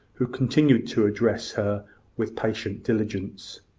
who continued to address her with patient diligence.